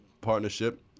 partnership